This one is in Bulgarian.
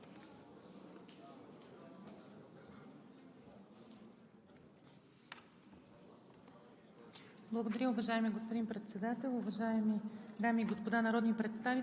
Госпожо Александрова, заповядайте да запознаете народните представители с Доклада.